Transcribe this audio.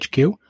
HQ